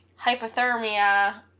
hypothermia